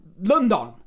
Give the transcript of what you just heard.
London